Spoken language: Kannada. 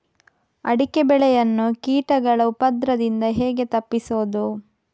ಅಡಿಕೆ ಬೆಳೆಯನ್ನು ಕೀಟಗಳ ಉಪದ್ರದಿಂದ ಹೇಗೆ ತಪ್ಪಿಸೋದು?